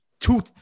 two